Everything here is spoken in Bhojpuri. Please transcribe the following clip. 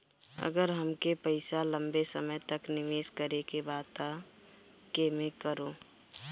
अगर हमके पईसा लंबे समय तक निवेश करेके बा त केमें करों?